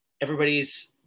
everybody's